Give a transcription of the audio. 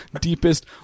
deepest